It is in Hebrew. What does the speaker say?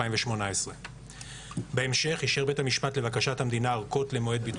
2018. בהמשך אישר בית המשפט לבקשת המדינה ארכות למועד זה,